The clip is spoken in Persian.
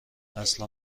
اصلا